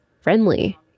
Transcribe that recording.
Friendly